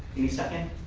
any second?